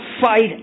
fight